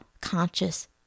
conscious